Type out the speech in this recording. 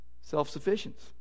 Self-sufficiency